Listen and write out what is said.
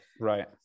Right